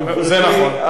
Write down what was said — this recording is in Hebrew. אבל, גברתי, זה נכון.